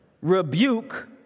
rebuke